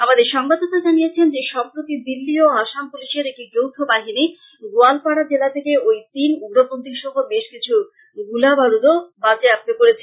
আমাদের সংবাদদাতা জানিয়েছেন যে সম্প্রতি দিল্লী ও আসাম পুলিশের একটি যৌথ বাহিনী গোয়ালপাড়া জেলা থেকে ওই তিন উগ্রপন্থি সহ বেশ কিছু গুলাবারুদও বাজেয়াপ্ত করেছে